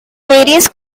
various